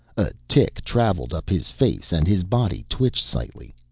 a tic traveled up his face and his body twitched slightly.